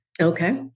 Okay